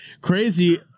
Crazy